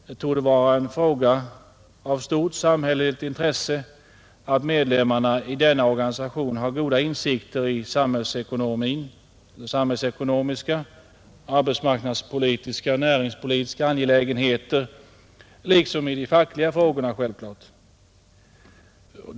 Det torde vara en fråga av stort samhälleligt intresse att medlemmarna i denna organisation har goda insikter i samhällsekonomiska, arbetsmarknadspolitiska och näringspolitiska angelägenheter liksom självklart i de fackliga frågorna.